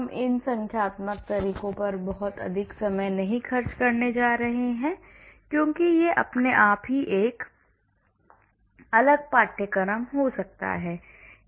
हम इन संख्यात्मक तरीकों पर बहुत अधिक समय नहीं खर्च करने जा रहे हैं क्योंकि यह अपने आप ही एक अलग पाठ्यक्रम हो सकता है